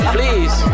Please